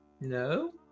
No